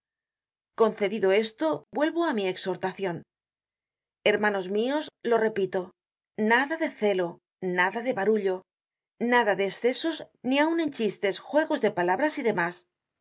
concedido esto vuelvo á mi exhortacion hermanos mios lo repito nada de celo nada de barullo nada de escesos ni aun en chistes juegos de palabras y demás